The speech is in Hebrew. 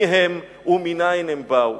מי הם ומנין הם באו.